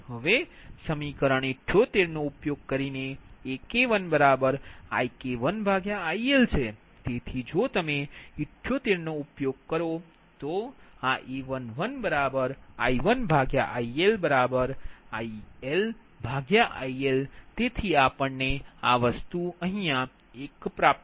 હવે સમીકરણ 78 નો ઉપયોગ કરીને AK1IK1IL છે તેથી જો તમે 78 નો ઉપયોગ કરો તો આ A11I1ILILIL1